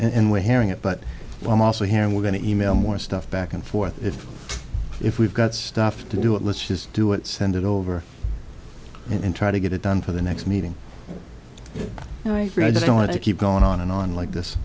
understand and we're hearing it but i'm also hearing we're going to e mail more stuff back and forth if if we've got stuff to do it let's just do it send it over and try to get it done for the next meeting and i just don't want to keep going on and on like this